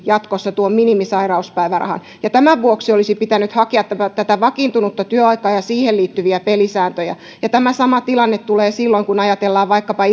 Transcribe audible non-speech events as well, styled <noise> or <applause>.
jatkossa siltikin minimisairauspäivärahan ja tämän vuoksi olisi pitänyt hakea vakiintunutta työaikaa ja siihen liittyviä pelisääntöjä tämä sama tilanne tulee silloin kun ajatellaan vaikkapa <unintelligible>